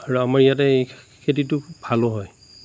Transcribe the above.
আৰু আমাৰ ইয়াতে এই খেতিটো খুব ভাল হয়